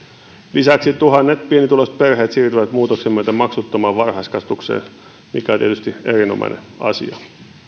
lisäksi tuhannet pienituloiset perheet siirtyvät muutoksen myötä maksuttomaan varhaiskasvatukseen mikä on tietysti erinomainen asia